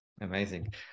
Amazing